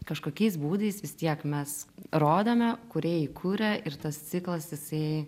kažkokiais būdais vis tiek mes rodome kūrėjai kuria ir tas ciklas jisai